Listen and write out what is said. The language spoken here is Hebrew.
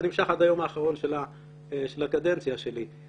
זה נמשך עד היום האחרון של הקדנציה שלי,